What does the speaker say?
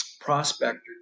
prospector